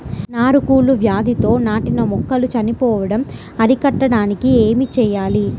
నారు కుళ్ళు వ్యాధితో నాటిన మొక్కలు చనిపోవడం అరికట్టడానికి ఏమి చేయాలి?